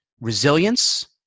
resilience